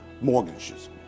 mortgages